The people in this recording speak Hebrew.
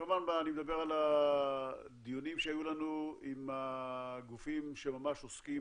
אני מדבר על הדיונים שהיו לנו עם הגופים שממש עוסקים